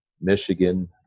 Michigan